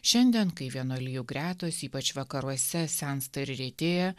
šiandien kai vienuolijų gretos ypač vakaruose sensta ir retėja